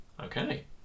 okay